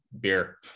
beer